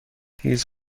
his